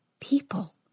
people